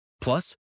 Plus